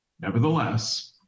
Nevertheless